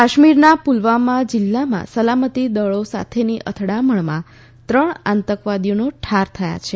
કાશ્મીરના પુલવામા જિલ્લામાં સલામતી દળો સાથેની અથડામણમાં ત્રણ આતંકવાદીઓ ઠાર થયા છે